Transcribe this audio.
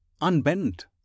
unbent